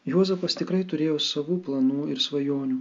juozapas tikrai turėjo savų planų ir svajonių